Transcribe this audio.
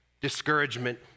discouragement